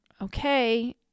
Okay